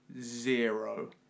zero